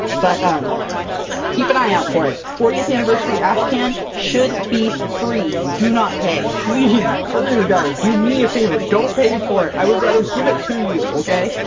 but um keep an eye out for it! fortieth anniversary ashcan! should be free, do not pay! please! please guys, do me a favor don't pay for it! i would rather give it to you, okay?